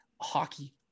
hockey